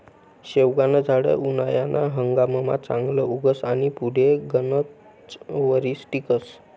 शेवगानं झाड उनायाना हंगाममा चांगलं उगस आनी पुढे गनच वरीस टिकस